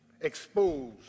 exposed